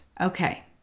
Okay